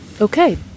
Okay